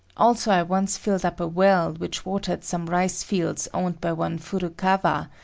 also i once filled up a well which watered some rice fields owned by one furukawa,